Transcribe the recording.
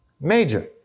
Major